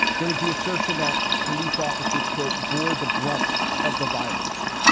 there was the assertion that police officers, quote, bore the brunt of the violence.